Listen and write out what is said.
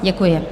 Děkuji.